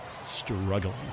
struggling